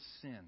sin